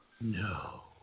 No